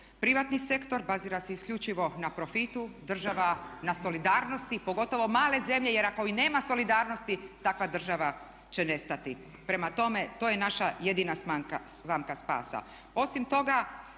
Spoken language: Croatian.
Privatni sektor bazira se isključivo na profitu, država na solidarnosti pogotovo male zemlje, jer ako i nema solidarnosti takva država će nestati. Prema tome, to je naša jedina slamka spasa.